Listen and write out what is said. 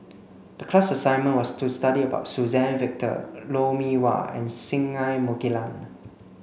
the class assignment was to study about Suzann Victor Lou Mee Wah and Singai Mukilan